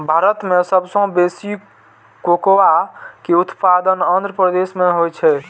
भारत मे सबसं बेसी कोकोआ के उत्पादन आंध्र प्रदेश मे होइ छै